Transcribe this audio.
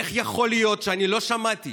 איך יכול להיות שאני לא שמעתי